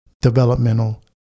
developmental